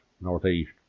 northeast